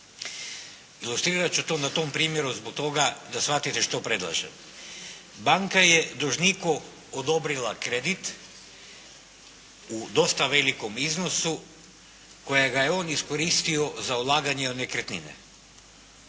Ilustrirati ću to na tom primjeru zbog toga da shvatite što predlažem. Banka je dužniku odobrila kredit u dosta velikom iznosu kojega je on iskoristio za ulaganje u nekretnine.